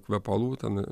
kvepalų ten